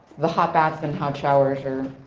the hot baths and hot showers are